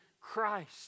Christ